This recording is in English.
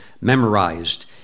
memorized